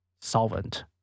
Solvent